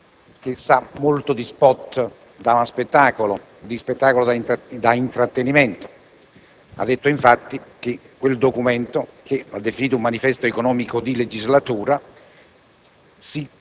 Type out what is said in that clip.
Signor Presidente, signor rappresentante del Governo, anche in occasione della presentazione del Documento di programmazione economico-finanziaria il centro-sinistra non si è smentito, esordendo con una frase